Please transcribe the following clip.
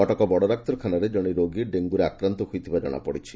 କଟକ ବଡ଼ ଡାକ୍ତରଖାନାରେ ଜଣେ ରୋଗୀ ଡେଙ୍ଗୁରେ ଆକ୍ରାନ୍ତ ହୋଇଥିବା ଜଣାପଡ଼ିଛି